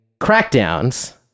crackdowns